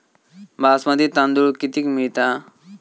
बासमती तांदूळ कितीक मिळता?